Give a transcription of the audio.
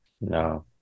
No